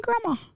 grandma